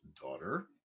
daughter